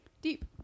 Deep